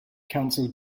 council